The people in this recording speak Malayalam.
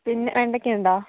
പിന്നെ വെണ്ടയ്ക്ക ഉണ്ടോ